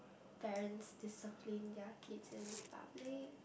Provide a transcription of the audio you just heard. parents discipline their kids in public